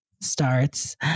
starts